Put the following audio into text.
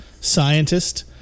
scientist